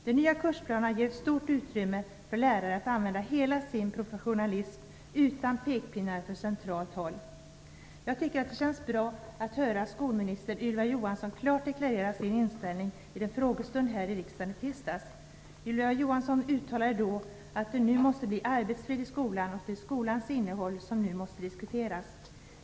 De nya kursplanerna ger ett stort utrymme för lärare att använda hela sin professionalism utan pekpinnar från centralt håll. Jag tycker att det kändes bra att höra skolminister Ylva Johansson klart deklarera sin inställning vid en frågestund här i riksdagen i tisdags. Ylva Johansson uttalade då att det nu måste bli arbetsfrid i skolan och att det är skolans innehåll som nu måste diskuteras.